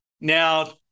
Now